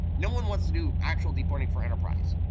no one wants to do actual deep learning for enterprise.